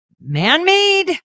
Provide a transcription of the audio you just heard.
man-made